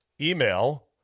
email